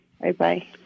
Bye-bye